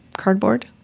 cardboard